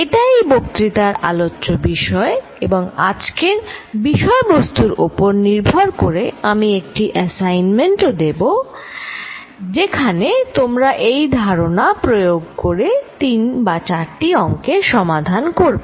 এটা এই বক্তৃতার আলোচ্য বিষয় এবং আজকের বিষয়বস্তুর ওপর নির্ভর করে আমি একটি এসাইনমেন্ট ও দেব যেখানে তোমরা এই ধারণা প্রয়োগ করে তিন বা চারটি অংকের সমাধান করবে